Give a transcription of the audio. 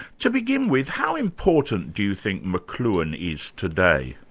to begin with, how important do you think mcluhan is today?